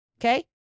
Okay